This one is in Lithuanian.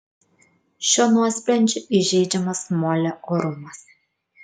šiuo nuosprendžiu įžeidžiamas molė orumas